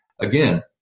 again